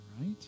right